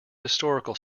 historical